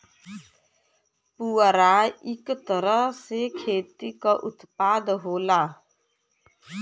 पुवरा इक तरह से खेती क उत्पाद होला